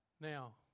Now